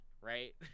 right